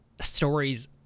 stories